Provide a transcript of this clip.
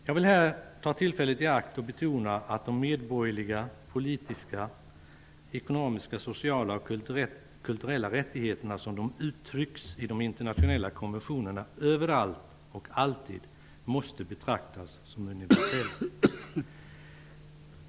Jag vill här ta tillfället i akt och betona att de medborgerliga, politiska, ekonomiska, sociala och kulturella rättigheterna som de uttrycks i de internationella konventionerna överallt och alltid måste betraktas som universella.